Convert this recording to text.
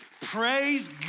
Praise